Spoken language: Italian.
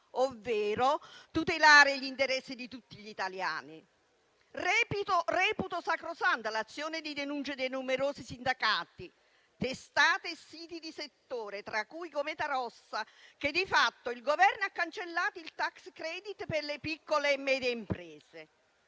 ovvero tutelare gli interessi di tutti gli italiani. Reputo sacrosanta l'azione di denuncia dei numerosi sindacati, testate e siti di settore, tra cui Cometa Rossa. Di fatto, il Governo ha cancellato il *tax credit* per le piccole e medie imprese.